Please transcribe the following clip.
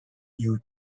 you